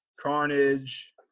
Carnage